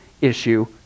issue